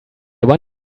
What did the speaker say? want